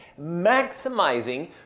maximizing